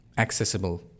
accessible